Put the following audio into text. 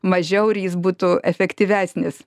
mažiau ir jis būtų efektyvesnis